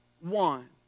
one